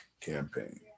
campaign